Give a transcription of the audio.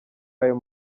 ayo